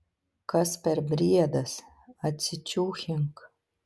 kas per briedas atsičiūchink